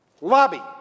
lobby